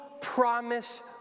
promise